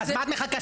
אז מה את מחכה?